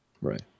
Right